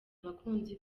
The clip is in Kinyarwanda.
abakunzi